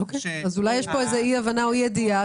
אולי יש פה אי-הבנה או אי-ידיעה.